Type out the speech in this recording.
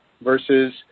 Versus